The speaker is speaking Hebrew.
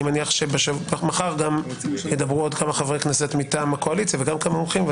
מניח שמחר ידברו עוד כמה חברי כנסת מטעם הקואליציה וכמה מומחים,